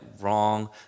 wrong